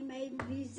אני מביא זה.